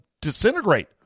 disintegrate